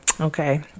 Okay